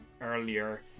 earlier